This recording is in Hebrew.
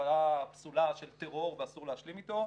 תופעה פסולה של טרור ואסור להשלים איתה.